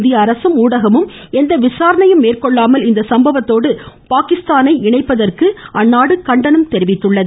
இந்திய அரசும் ஊடகமும் எந்த விசாரணையும் மேற்கொள்ளாமல் இந்த சம்பவத்தோடு பாகிஸ்தானை இணைப்பதற்கு கண்டனம் தெரிவித்துள்ளது